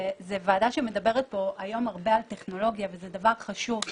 זו ועדה שמדברת פה היום הרבה על טכנולוגיה וזה דבר חשוב,